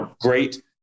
great